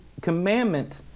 commandment